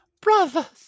brothers